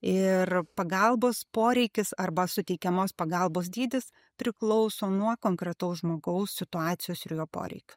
ir pagalbos poreikis arba suteikiamos pagalbos dydis priklauso nuo konkretaus žmogaus situacijos ir jo poreikių